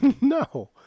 No